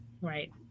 Right